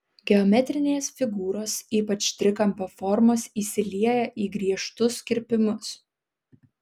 geometrinės figūros ypač trikampio formos įsilieja į griežtus kirpimus